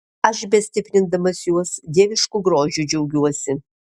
aš bestiprindamas juos dievišku grožiu džiaugiuosi